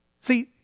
See